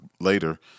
later